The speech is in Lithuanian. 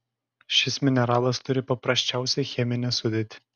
šis mineralas turi paprasčiausią cheminę sudėtį